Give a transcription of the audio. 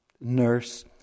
nurse